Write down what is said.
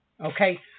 okay